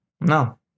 No